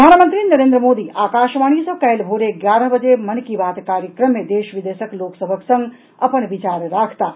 प्रधानमंत्री नरेंद्र मोदी आकाशवाणी सँ काल्हि भोरे एगारह बजे मन की बात कार्यक्रम मे देश विदेशक लोक सभक संग अपन विचार राखताह